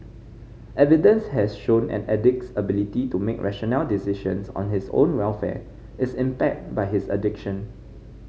evidence has shown an addict's ability to make rational decisions on his own welfare is impaired by his addiction